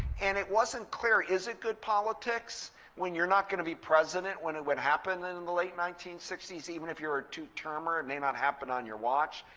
and it wasn't clear. is it good politics when you're not going to be president when it would happen and in the late nineteen sixty s? even if you're a two-termer, it may not happen on your watch.